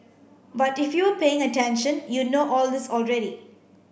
but if you were paying attention you'd know all this already